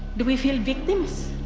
do we feel victims?